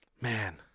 Man